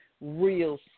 real